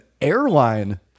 airline